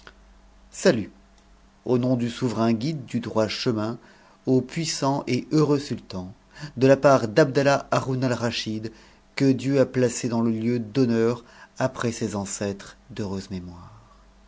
salut au nom du souverain guide du droit chemin au pn'ss j m'eux sultan de la part d'abdallah haroun aliaschid que dieu a n acë dans le lieu d'honneur après ses ancêtres d'heureuse mémoire